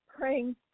praying